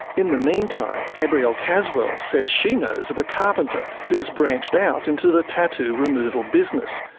in the meantime, gabrielle caswell says she knows of a carpenter who's branched out into the tattoo removal business.